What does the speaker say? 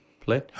play